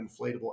inflatable